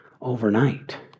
overnight